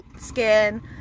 skin